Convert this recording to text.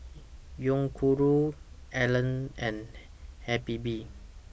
Yoguru Elle and Habibie